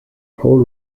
powell